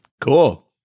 Cool